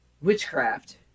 witchcraft